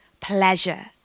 pleasure